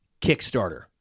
Kickstarter